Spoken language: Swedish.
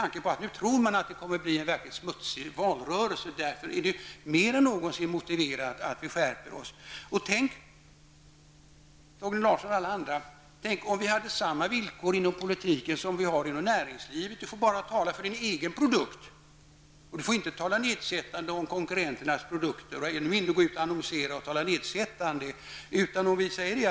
Nu tror man att det kommer att bli en verklig smutsig valrörelse. Därför är det mer än någonsin motiverat att vi skärper oss. Och tänk, Torgny Larsson och alla andra, om vi hade samma villkor inom politiken som vi har inom näringslivet! Du får bara tala för din egen produkt, du får inte tala nedsättande om konkurrenternas produkter -- och ännu mindre uttala dig nedsättande vid annonsering.